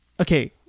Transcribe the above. Okay